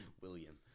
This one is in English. William